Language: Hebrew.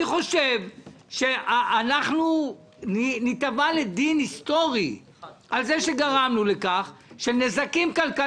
אני חושב שאנחנו ניתבע לדין היסטורי על כך שגרמנו לכך,